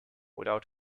without